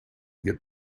get